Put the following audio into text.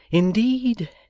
indeed,